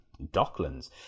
Docklands